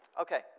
Okay